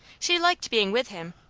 she liked being with him,